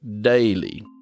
daily